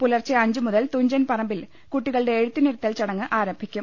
പുലർച്ചെ അഞ്ചുമുതൽ തുഞ്ചൻ പറമ്പിൽ കുട്ടികളുടെ എഴുത്തിനിരുത്തൽ ആരംഭിക്കും